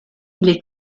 les